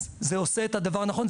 אז זה עושה את הדבר הנכון,